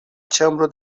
ĉambro